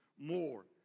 more